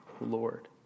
Lord